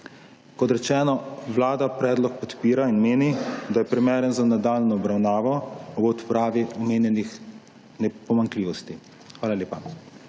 Kot rečeno, vlada predlog podpira in meni, da je primeren za nadaljnjo obravnavo ob odpravi omenjenih pomanjkljivosti. Hvala lepa.